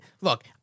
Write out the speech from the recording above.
Look